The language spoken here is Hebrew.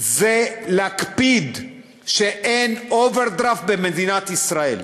זה להקפיד שאין אוברדרפט במדינת ישראל.